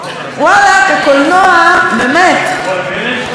באמת כמה עשרות סרטים בשנה,